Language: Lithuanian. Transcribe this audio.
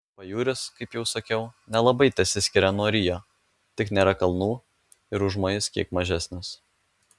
pajūris kaip jau sakiau nelabai tesiskiria nuo rio tik nėra kalnų ir užmojis kiek mažesnis